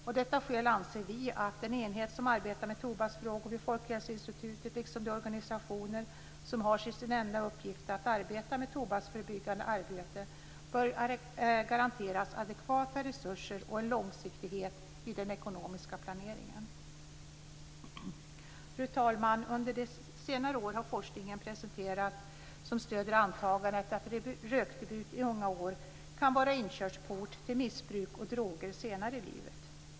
Av detta skäl anser vi att den enhet som arbetar med tobaksfrågor vid Folkhälsoinstitutet, liksom de organisationer som har som sin enda uppgift att arbeta med tobaksförebyggande insatser, bör garanteras adekvata resurser och långsiktighet i den ekonomiska planeringen. Fru talman! Under senare år har forskning presenterats som stöder antagandet att rökdebut i unga år kan vara en inkörsport till missbruk och droger senare i livet.